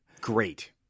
Great